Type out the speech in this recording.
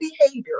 behavior